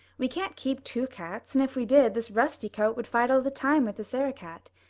we can't keep two cats and if we did this rusty coat would fight all the time with the sarah-cat.